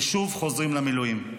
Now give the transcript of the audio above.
ושוב חוזרים למילואים?